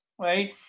right